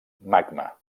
magma